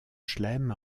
chelem